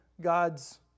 God's